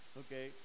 okay